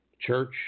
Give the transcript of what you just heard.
Church